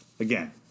Again